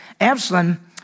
Absalom